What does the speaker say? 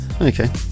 Okay